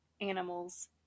animals